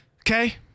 Okay